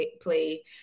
play